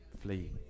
Flee